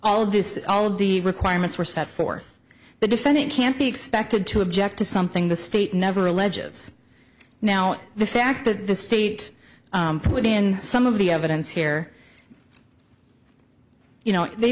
all of this all of the requirements were set forth the defendant can't be expected to object to something the state never alleges now the fact that the state put in some of the evidence here you know they